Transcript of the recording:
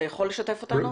אתה יכול לשתף אותנו?